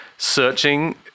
searching